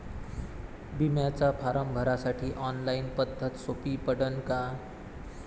बिम्याचा फारम भरासाठी ऑनलाईन पद्धत सोपी पडन का?